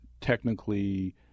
technically